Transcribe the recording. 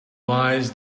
lies